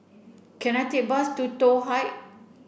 can I take a bus to Toh Height